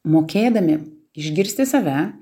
mokėdami išgirsti save